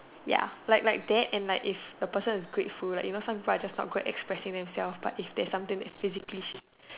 ya like like that and like if the person is grateful right you know some people are just not good at expressing themselves but is there's something that is physically